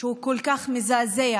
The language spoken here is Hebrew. שהוא כל כך מזעזע,